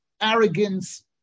arrogance